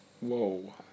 Whoa